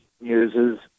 uses